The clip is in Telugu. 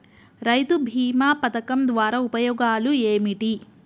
రైతు బీమా పథకం ద్వారా ఉపయోగాలు ఏమిటి?